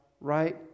right